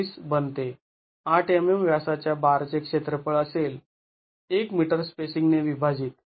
२६ बनते ८mm व्यासाच्या बारचे क्षेत्रफळ असेल १ मीटर स्पेसिंग ने विभाजीत